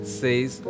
says